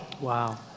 Wow